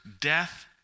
death